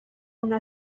una